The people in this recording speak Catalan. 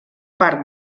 part